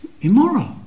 immoral